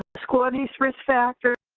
score these risk factors?